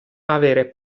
avere